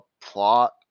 plot